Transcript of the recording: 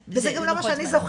וזה לא גם מה שאני זוכרת.